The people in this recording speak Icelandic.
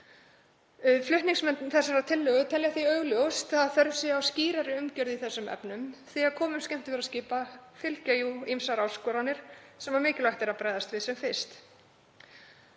Flutningsmenn þessarar tillögu telja því augljóst að þörf sé á skýrari umgjörð í þessum efnum því að komum skemmtiferðaskipa fylgja ýmsar áskoranir sem mikilvægt er að bregðast við sem fyrst.